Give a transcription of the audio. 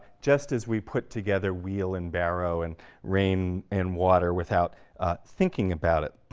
just as we put together wheel and barrow and rain and water, without thinking about it.